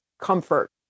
comfort